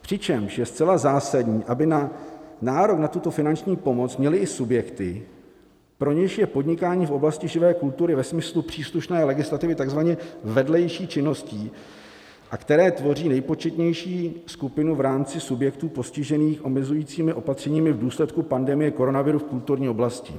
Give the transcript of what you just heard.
Přičemž je zcela zásadní, aby nárok na tuto finanční pomoc měly i subjekty, pro něž je podnikání v oblasti živé kultury ve smyslu příslušné legislativy takzvaně vedlejší činností a které tvoří nejpočetnější skupinu v rámci subjektů postižených omezujícími opatřeními v důsledku pandemie koronaviru v kulturní oblasti.